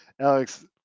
Alex